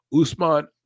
Usman